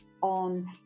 on